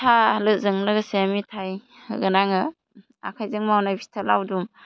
साहाजों लोगोसे मेथाय होगोन आङो आखाइजों मावनाय फिथा लावदुम